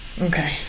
Okay